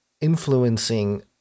influencing